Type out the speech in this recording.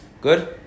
Good